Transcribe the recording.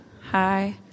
Hi